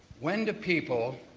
when do people,